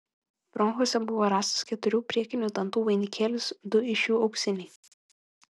bronchuose buvo rastas keturių priekinių dantų vainikėlis du iš jų auksiniai